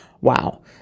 wow